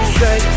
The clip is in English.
say